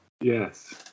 Yes